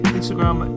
instagram